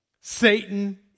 Satan